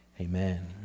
amen